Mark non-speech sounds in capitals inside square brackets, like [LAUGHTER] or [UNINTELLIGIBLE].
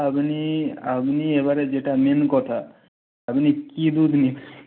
আপনি আপনি এবারে যেটা মেন কথা আপনি কী দুধ [UNINTELLIGIBLE]